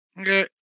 Okay